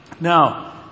Now